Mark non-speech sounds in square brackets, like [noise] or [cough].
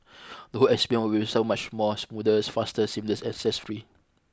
[noise] the whole experience would so much more smoother faster seamless and stress free